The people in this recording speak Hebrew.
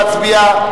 נא להצביע.